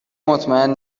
مطمئن